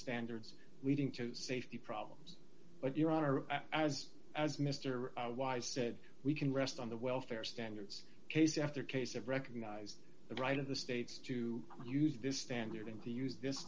standards leading to safety problems but your honor as as mr wise said we can rest on the welfare standards case after case of recognized the right of the states to use this stand you're going to use this